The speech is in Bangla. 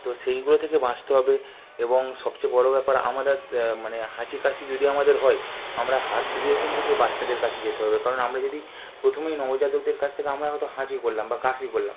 তো সেইগুলো থেকে বাঁচতে হবে এবং সবচেয়ে বড় ব্যাপার আমাদের তো মানে হাঁচি কাশি যদি আমাদের হয় আমরা হাত ধুয়ে কিন্তু সে বাচ্চাদের কাছে যেতে হবে কারণ আমরা যদি প্রথমেই নবজাতকদের কাছ থেকে আমরা হয়তো হাঁচি করলাম বা কাশি করলাম